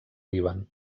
líban